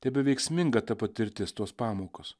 tebeveiksminga ta patirtis tos pamokos